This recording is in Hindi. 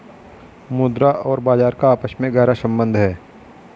मुद्रा और बाजार का आपस में गहरा सम्बन्ध है